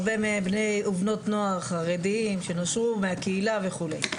הרבה מהם בני ובנות נוער חרדים שנשרו מהקהילה וכולי.